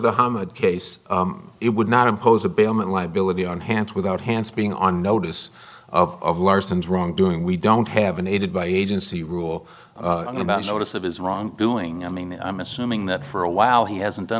good case it would not impose a bellman liability on hands without hands being on notice of larson's wrongdoing we don't have an aided by agency rule about notice of his wrong doing i mean i'm assuming that for a while he hasn't done